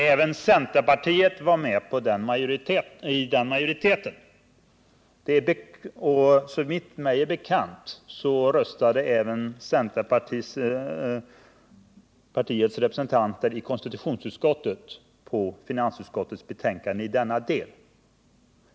Även centerpartiet var med i den majoriteten, och såvitt mig är bekant röstade även det partiets representanter i konstitutionsutskottet för finansutskottets betänkande i denna del.